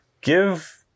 give